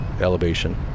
elevation